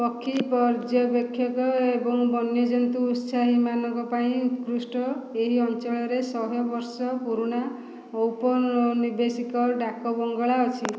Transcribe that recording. ପକ୍ଷୀ ପର୍ଯ୍ୟବେକ୍ଷକ ଏବଂ ବନ୍ୟଜନ୍ତୁ ଉତ୍ସାହୀମାନଙ୍କ ପାଇଁ ଉତ୍କୃଷ୍ଟ ଏହି ଅଞ୍ଚଳରେ ଶହେ ବର୍ଷ ପୁରୁଣା ଔପ ନିବେଶିକ ଡାକ ବଙ୍ଗଳା ଅଛି